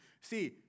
see